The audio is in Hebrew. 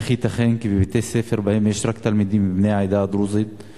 איך ייתכן כי בבתי-ספר שבהם יש רק תלמידים מבני העדה הדרוזית,